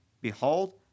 Behold